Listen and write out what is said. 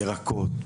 ירקות,